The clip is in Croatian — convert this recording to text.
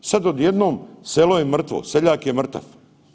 Sad odjednom selo je mrtvo, seljak je mrtav.